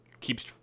keeps